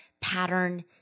pattern